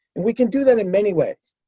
and we can do that in many ways.